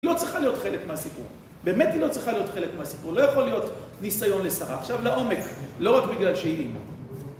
לא צריכה להיות חלק מהסיפור, באמת היא לא צריכה להיות חלק מהסיפור, לא יכול להיות ניסיון לשרה. עכשיו לעומק, לא רק בגלל שהיא אמא